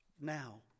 now